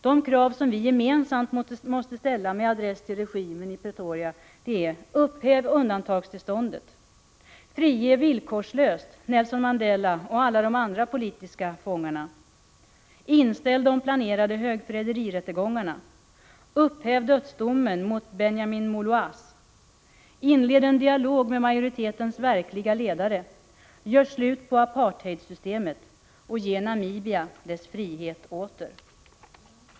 De krav vi gemensamt måste ställa med adress till regimen i Pretoria är: - Upphäv undantagstillståndet! Frige villkorslöst Nelson Mandela och alla de andra politiska fångarna! Inställ de planerade högförräderirättegångarna! Upphäv dödsdomen mot Benjamin Moloise! Inled en dialog med majoritetens verkliga ledare! Gör slut på apartheidsystemet! Ge Namibia dess frihet åter!